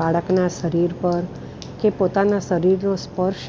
બાળકનાં શરીર પર કે પોતાનાં શરીરનો સ્પર્શ